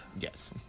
Yes